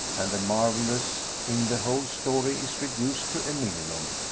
and the marvellous in the whole story is reduced to a minimum,